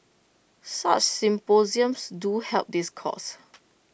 such symposiums do help this cause